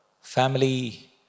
family